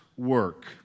work